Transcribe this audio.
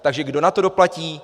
Takže kdo na to doplatí?